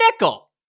nickel